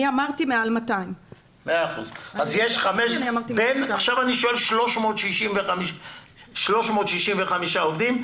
אני אמרתי מעל 200. 365 עובדים,